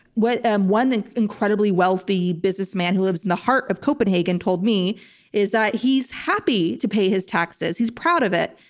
what um one incredibly wealthy businessman who lives in the heart of copenhagen told me is that he's happy to pay his taxes. he's proud of it,